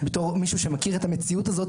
בתור מישהו שמכיר את המציאות הזאת,